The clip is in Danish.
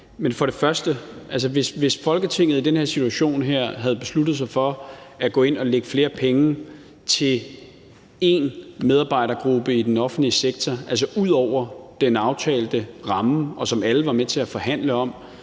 Men for det første: Hvis Folketinget i den situation her havde besluttet sig for at gå ind at lægge flere penge til én medarbejdergruppe i den offentlige sektor, altså ud over den aftalte ramme, som alle var med til at forhandle om,